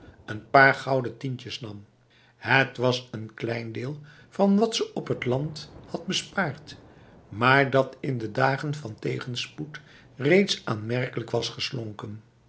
een paar gouden tientjes nam het was een klein deel van wat ze op het land had bespaard maar dat in de dagen van tegenspoed reeds aanmerkelijk was geslonken